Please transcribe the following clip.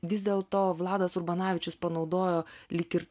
vis dėl to vladas urbanavičius panaudojo lyg ir